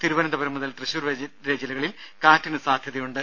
തിരുവനന്തപുരം മുതൽ തൃശൂർ വരെ ജില്ലകളിൽ കാറ്റിന് സാധ്യതയുണ്ട്